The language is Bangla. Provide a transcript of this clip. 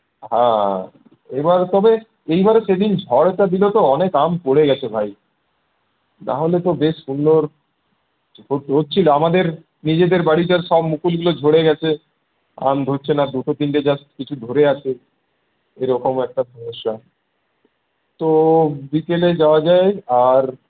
হ্যাঁ এইবার তবে এইবারে সেদিন ঝড়টা দিল তো অনেক আম পড়ে গেছে ভাই নাহলে তো বেশ সুন্দর হচ্ছিলো আমাদের নিজেদের বাড়িতে সব মুকুলগুলো ঝরে গেছে আম ধরছে না দুটো তিনটে গাছ কিছু ধরে আছে এরকম একটা সমস্যা তো বিকেলে যাওয়া যায় আর